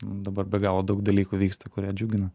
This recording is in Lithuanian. dabar be galo daug dalykų vyksta kurie džiugina